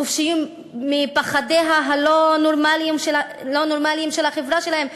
חופשיים מפחדיה הלא-נורמליים של החברה שלהם.